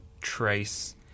trace